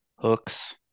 hooks